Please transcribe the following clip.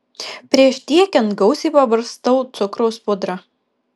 prieš tiekiant gausiai pabarstau cukraus pudra